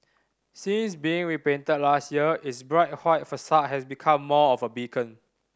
since being repainted last year its bright white facade has become more of a beacon